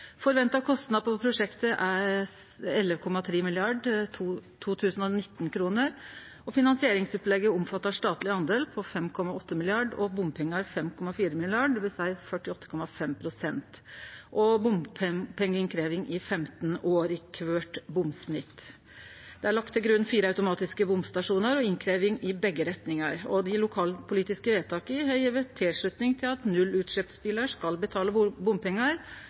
Forventa kostnad på prosjektet er 11,3 mrd. 2019-kroner, og finansieringsopplegget omfattar ein statleg del på 5,8 mrd. kr og bompengar på 5,4 mrd. kr, dvs. 48,5 pst., og bompengeinnkrevjing i 15 år i kvart bomsnitt. Det er lagt til grunn fire automatiske bomstasjonar og innkrevjing i begge retningar. Dei lokalpolitiske vedtaka har gjeve tilslutning til at nullutsleppsbilar skal betale bompengar,